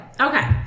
Okay